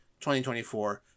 2024